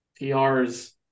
PRs